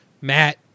Matt